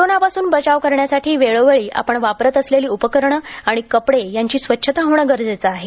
कोरोनापासून बचाव करण्यासाठी वेळोवेळी आपण वापरत असलेली उपकरणं आणि कपडे याची स्वच्छता होणं गरजेचं आहे